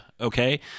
okay